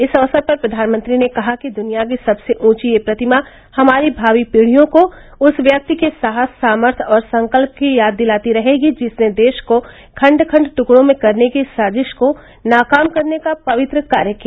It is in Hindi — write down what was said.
इस अवसर पर प्रधानमंत्री ने कहा कि दुनिया की सबसे ऊंची यह प्रतिमा हमारी भावी पीढ़ियों को उस व्यक्ति के साहस सामध्य और संकल्प की याद दिलाती रहेगी जिसने देश को खंड खंड ट्कड़ों में करने की साजिश को नाकाम करने का पवित्र कार्य किया